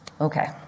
Okay